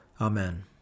Amen